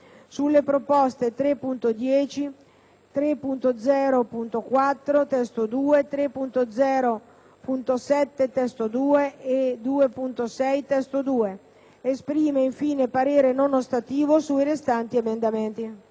3.0.4 (testo 2), 3.0.7 (testo 2) e 2.6 (testo 2). Esprime infine parere non ostativo sui restanti emendamenti».